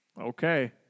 Okay